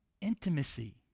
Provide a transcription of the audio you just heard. intimacy